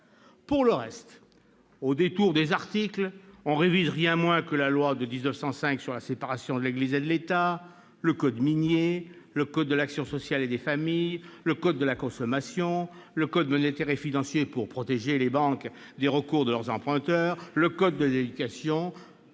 Pour le reste, au détour des articles, on ne révise rien de moins que la loi de 1905 sur la séparation des Églises et l'État, le code minier, le code de l'action sociale et des familles, le code de la consommation, le code monétaire et financier pour protéger les banques des recours de leurs emprunteurs, le code de l'éducation